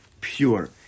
pure